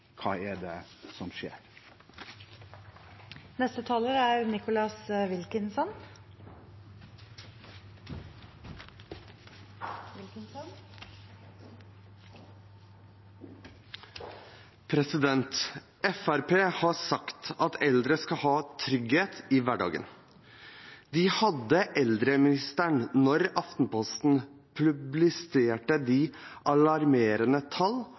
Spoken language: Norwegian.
som skjer. Fremskrittspartiet har sagt at eldre skal ha trygghet i hverdagen. De hadde eldreministeren da Aftenposten publiserte de alarmerende